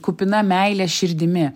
kupina meilės širdimi